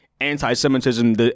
anti-Semitism